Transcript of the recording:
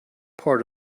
part